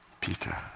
Peter